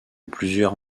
plusieurs